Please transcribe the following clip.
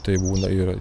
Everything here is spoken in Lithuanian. tai būna ir